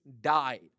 died